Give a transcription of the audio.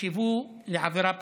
נחשבו עבירה פלילית.